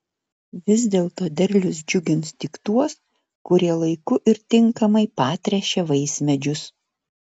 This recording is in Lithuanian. vis dėlto derlius džiugins tik tuos kurie laiku ir tinkamai patręšė vaismedžius